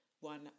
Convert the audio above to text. One